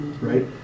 Right